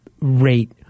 rate